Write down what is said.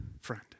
friend